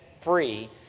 free